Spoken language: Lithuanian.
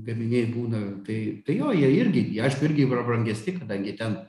gaminiai būna tai jo jie irgi jie aišku irgi yra brangesni kadangi ten